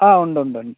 ആ ഉണ്ട് ഉണ്ട് ഉണ്ട്